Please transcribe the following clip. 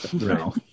No